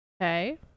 Okay